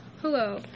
hello